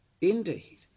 indeed